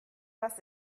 was